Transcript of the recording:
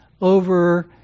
over